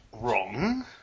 wrong